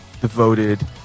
devoted